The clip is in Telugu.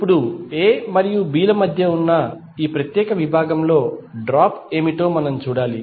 ఇప్పుడు A మరియు B ల మధ్య ఉన్న ఈ ప్రత్యేక విభాగంలో డ్రాప్ ఏమిటో మనం చూడాలి